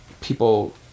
people